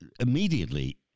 immediately